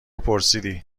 پرسیدی